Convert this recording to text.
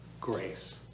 grace